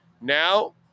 Now